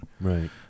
Right